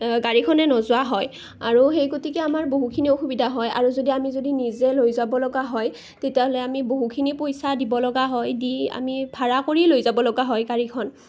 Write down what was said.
গাড়ীখনে নোযোৱা হয় আৰু সেই গতিকে আমাৰ বহুখিনি অসুবিধা হয় আৰু যদি আমি যদি নিজে লৈ যাব লগা হয় তেতিয়াহ'লে আমি বহুখিনি পইচা দিব লগা হয় দি আমি ভাড়া কৰি লৈ যাব লগা হয় গাড়ীখন